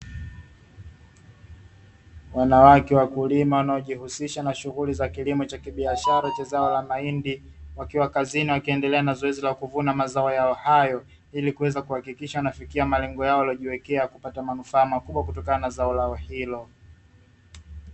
Wanawake wakulima wanaojihusisha na shughuli za kilimo cha kibiashara cha zao la mahindi, wakiwa kazini wakiendelea na zoezi la kuvuna mazao yao hayo ili kuweza kuhakikisha wanafikia malengo yao waliyojiwekea, kupata manufaa makubwa kutokana na zao lao hilo.